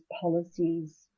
policies